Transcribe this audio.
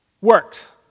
Works